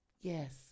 Yes